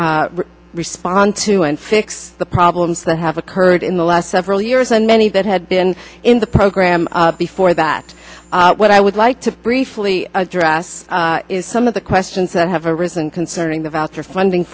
to respond to and fix the problems that have occurred in the last several years and many that had been in the program before that what i would like to briefly address is some of the questions that have a reason concerning the voucher funding